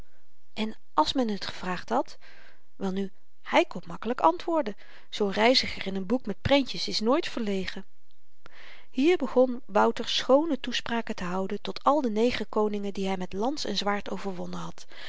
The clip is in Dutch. en àls men t gevraagd had welnu hy kon makkelyk antwoorden zoo'n reiziger in n boek met prentjes is nooit verlegen hier begon wouter schoone toespraken te houden tot al de negerkoningen die hy met lans en zwaard overwonnen had